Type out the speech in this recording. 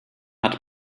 hat